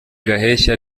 gaheshyi